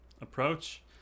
approach